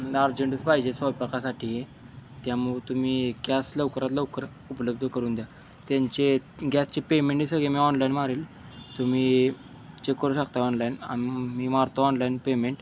अर्जंटच पाहिजे स्वयंपाकासाठी हे त्यामुळं तुम्ही गॅस लवकरात लवकर उपलब्ध करून द्या त्यांचे गॅसचे पेमेंटही सगळे मी ऑनलाईन मारील तुम्ही चेक करू शकता ऑनलाईन आणि मी मारतो ऑनलाईन पेमेंट